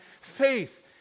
faith